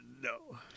no